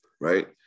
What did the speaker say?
Right